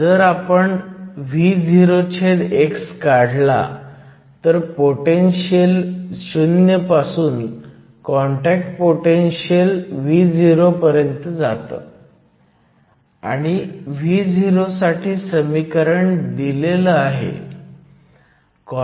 जर आपण Vox काढला तर पोटेनशीयल 0 पासून कॉन्टॅक्ट पोटेनशीयल Vo पर्यंत जातं आणि Vo साठी समीकरण दिलेलं आहे